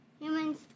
humans